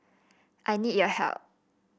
I need your help